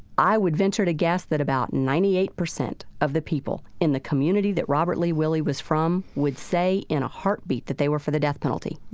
i would venture to guess that about ninety eight percent of the people in the community that robert lee willie was from would say in a heartbeat that they were for the death penalty.